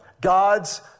God's